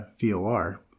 VOR